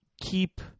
keep